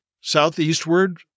southeastward